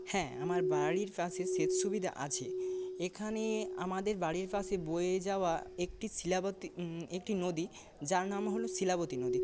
হ্যাঁ আমার বাড়ির কাছে সেচ সুবিধা আছে এখানে আমাদের বাড়ির পাশে বয়ে যাওয়া একটি শিলাবতি একটি নদী যার নাম হলো শিলাবতি নদী